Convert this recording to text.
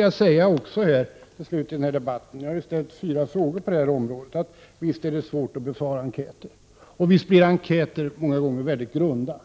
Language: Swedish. Jag har ställt fyra frågor i denna debatt. Visst är det svårt att besvara enkäter, och visst blir de ofta mycket grunda,